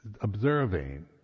observing